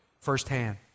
firsthand